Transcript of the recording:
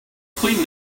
clean